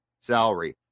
salary